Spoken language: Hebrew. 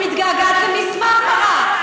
אני מתגעגעת למיס מרמרה.